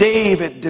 David